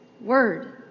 word